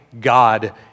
God